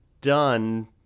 done